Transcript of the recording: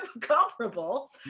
comparable